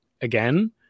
again